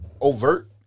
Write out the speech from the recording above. overt